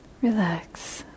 Relax